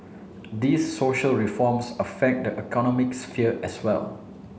these social reforms affect the economic sphere as well